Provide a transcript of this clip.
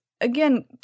again